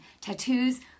tattoos